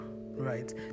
right